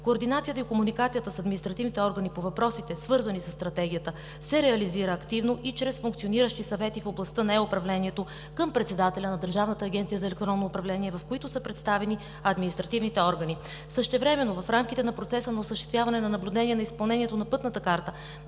Координацията и комуникацията с административните органи по въпросите, свързани със Стратегията, се реализира активно и чрез функциониращи съвети в областта на е-управлението към председателя на Държавната агенция „Електронно управление“, в които са представени административните органи. Същевременно в рамките на процеса на осъществяване на наблюдение на изпълнението на Пътната карта